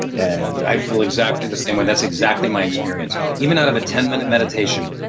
and i feel exactly the same way. that's exactly my experience. even out of a ten minute mediation,